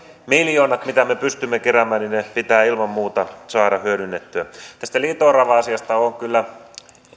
miljoonat mitä me pystymme keräämään pitää ilman muuta saada hyödynnettyä tästä liito orava asiasta olen kyllä